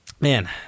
Man